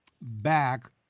back